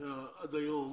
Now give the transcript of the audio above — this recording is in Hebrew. עד היום